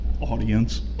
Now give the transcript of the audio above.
Audience